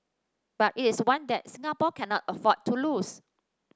but it is one that Singapore cannot afford to lose